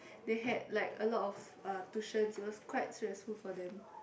they had like a lot of uh tuitions it was quite stressful for them